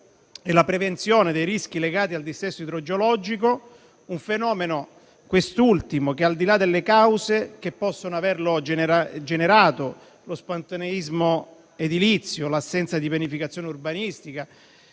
e la prevenzione dei rischi legati al dissesto idrogeologico; un fenomeno quest'ultimo che, al di là delle cause che possono averlo generato (lo spontaneismo edilizio, l'assenza di pianificazione urbanistica,